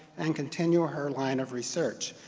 and continue her line of research.